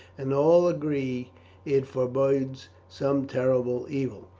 and all agree it forbodes some terrible evil.